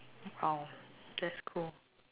oh that's cool